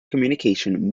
communication